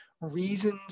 reasons